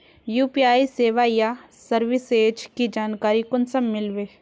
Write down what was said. UPI सेवाएँ या services की जानकारी कुंसम मिलबे?